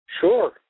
Sure